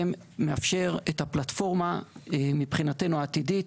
מאפשר את הפלטפורמה מבחינתנו העתידית